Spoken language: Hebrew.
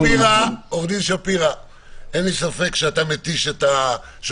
הציבורי, שאפשר לדבר עליו רגע.